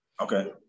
Okay